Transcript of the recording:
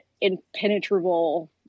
impenetrable